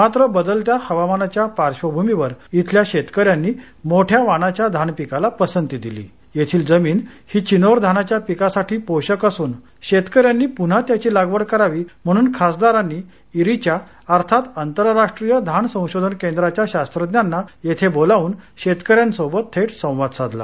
मात्र बदलत्या हवामानाच्या पार्श्वभूमीवर इथल्या शेतकऱ्यांनी मोठ्या वानाच्या धान पिकाला पसंती दिली येथील जमीन ही चिनोर धानाच्या पिकासाठी पोषक असून शेतकऱ्यांनी पुन्हा याची लागवड करावी म्हणून खासदारांनी इरीच्या अर्थात आंतरराष्ट्रीय धान संशोधन केंद्राच्या शास्वज्ञांना येथे बोलावून शेतकऱ्यांसोबत थेट संवाद साधला